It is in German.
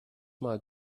mal